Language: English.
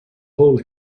hole